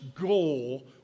goal